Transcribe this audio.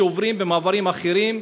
שעוברים במעברים אחרים.